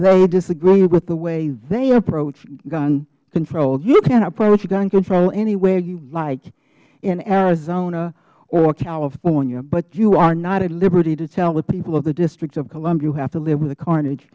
they disagree with the way they approach gun control you can approach gun control any way you like in arizona or california but you are not at liberty to tell the people of the district of columbia who have to live with the carnage